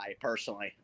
personally